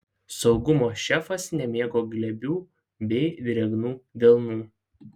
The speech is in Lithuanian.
saugumo šefas nemėgo glebių bei drėgnų delnų